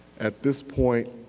at this point